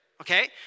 okay